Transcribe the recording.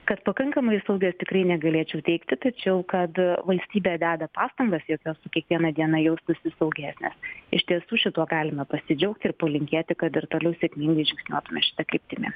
kad pakankamai saugios tikrai negalėčiau teigti tačiau kad valstybė deda pastangas jog jos kiekvieną dieną jaustųsi saugesnės iš tiesų šituo galime pasidžiaugti ir polinkėti kad ir toliau sėkmingai žingsniuotume šita kryptimi